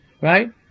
right